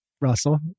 Russell